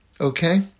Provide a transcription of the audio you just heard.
Okay